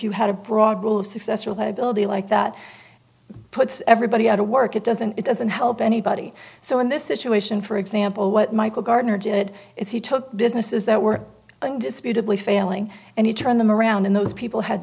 you had a broad rule of successful had ability like that puts everybody out of work it doesn't it doesn't help anybody so in this situation for example what michael gartner did is he took businesses that were undisputedly failing and he turned them around and those people had